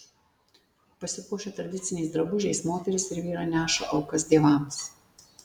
pasipuošę tradiciniais drabužiais moterys ir vyrai neša aukas dievams